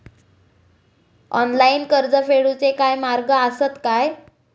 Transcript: Online कर्ज फेडूचे काय मार्ग आसत काय?